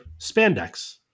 spandex